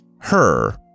Her